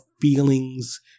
feelings